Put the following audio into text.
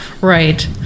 Right